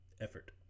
Effort